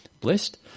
blessed